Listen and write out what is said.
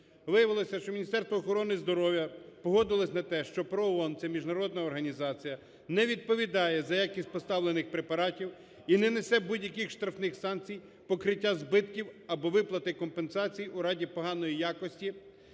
Виявилося, що Міністерство охорони здоров'я погодилось на те, що ПРООН – це міжнародна організація – не відповідає за якість поставлених препаратів і не несе будь-яких штрафних санкцій, покриття збитків або виплати компенсацій у разі поганої якості,